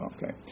Okay